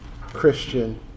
Christian